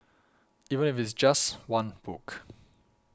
even if it's just one book